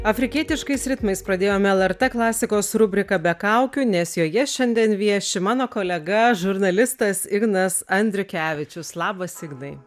afrikietiškais ritmais pradėjome lrt klasikos rubriką be kaukių nes joje šiandien vieši mano kolega žurnalistas ignas andriukevičius labas ignai